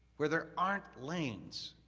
where there aren't lanes,